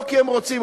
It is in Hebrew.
לא כי הם רוצים,